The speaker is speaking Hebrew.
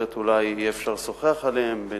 שאולי יהיה אפשר לשוחח עליהן בהזדמנות אחרת,